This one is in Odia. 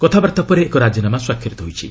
କଥାବାର୍ତ୍ତା ପରେ ଏକ ରାଜିନାମା ସ୍ୱାକ୍ଷରିତ ହୋଇଛି